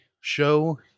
show